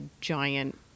giant